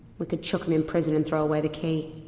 we could chuck him in prison and throw away the key.